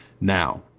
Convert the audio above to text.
now